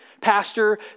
Pastor